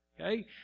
Okay